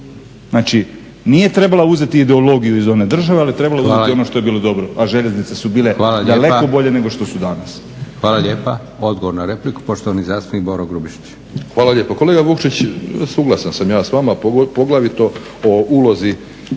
Znači, nije trebala uzeti ideologiju iz one države ali trebalo je uzeti ono što je bilo dobro, a željeznice su bile daleko bolje nego što su danas. **Leko, Josip (SDP)** Hvala lijepa. Odgovor na repliku, poštovani zastupnik Boro Grubišić. **Grubišić, Boro (HDSSB)** Hvala lijepo. Kolega Vukšić suglasan sam ja s vama, poglavito o ulozi